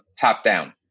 top-down